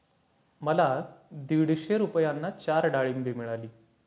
मला दीडशे रुपयांना चार डाळींबे मिळाली